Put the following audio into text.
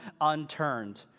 unturned